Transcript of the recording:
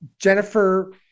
Jennifer